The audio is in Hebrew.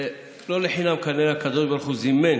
ולא לחינם כנראה הקדוש ברוך הוא זימן